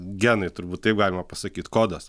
genai turbūt taip galima pasakyti kodas